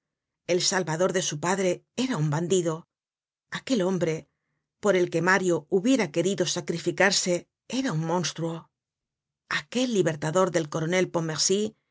el salvador de su padre era un bandido aquel hombre por el que mario hubiera querido sacrificarse era un monstruo aquel libertador del coronel